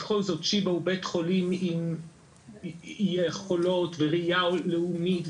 בכל זאת שיבא הוא בית חולים עם יכולות וראיה לאומית.